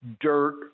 dirt